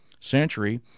century